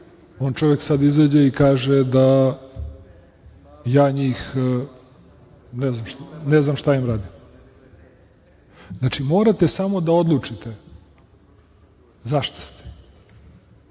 on čovek sad izađe i kaže da ja njih ne znam šta, ne znam šta im radim. Znači, morate samo da odlučite za šta ste,